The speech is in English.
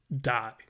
die